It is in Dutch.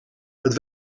het